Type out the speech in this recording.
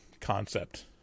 concept